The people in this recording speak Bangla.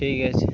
ঠিক আছে